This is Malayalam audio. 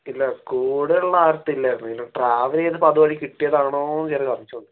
ഇല്ല കൂടെയുള്ള ആർക്കില്ലായിരുന്നു ഇത് ട്രാവല് ചെയ്തപ്പോൾ അതുവഴി കിട്ടിയതാണോന്ന് ചെറിയൊരു സംശയമുണ്ട്